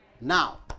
Now